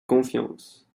confiance